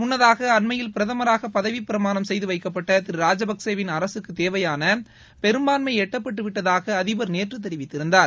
முன்னதாக அண்மையில் பிரதமராக பதவிப் பிரமாணம் செய்து வைக்கப்பட்ட திரு ராஜபக்சேவின் அரசுக்குத் தேவையான பெரும்பான்மை எட்டப்பட்டுவிட்டதாக அதிபர் நேற்று தெரிவித்திருந்தார்